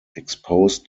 exposed